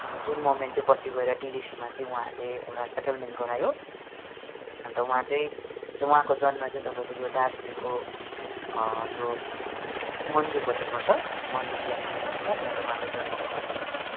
जुन मुभमेन्ट चाहिँ पछि गएर डिजिएचसिमा चाहिँ उहाँहरूले एउटा सेटलमेन्ट गरायो अन्त उँहा चाहिँ र उहाँको जन्म चाहिँ तपाईँको यो दार्जिलिङको यो मन्जुपट्टि पर्छ मन्जु चिया कमान भन्छ त्यहाँ चाहिँ उहाँको जन्म भएको थियो